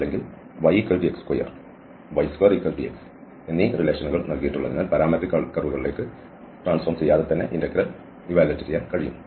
അല്ലെങ്കിൽ yx2 y2x എന്നീ റിലേഷൻകൾ നൽകിയിട്ടുള്ളതിനാൽ പാരാമട്രിക് കർവുകളിലേക്ക് പരിവർത്തനം ചെയ്യാതെ തന്നെ ഇന്റഗ്രൽ കണക്കുകൂട്ടാനും കഴിയും